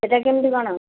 ସେଇଟା କେମିତି କ'ଣ